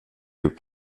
upp